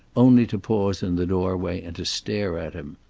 only to pause in the doorway and to stare at him.